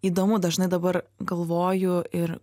įdomu dažnai dabar galvoju ir